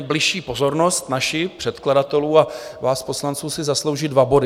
Bližší pozornost naši, předkladatelů a vás poslanců, si zaslouží dva body.